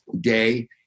day